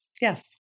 yes